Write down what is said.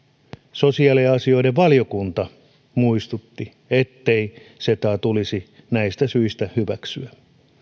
sosiaaliasioiden valiokunta muistutti ettei cetaa tulisi näistä syistä hyväksyä